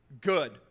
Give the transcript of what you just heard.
Good